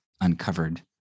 uncovered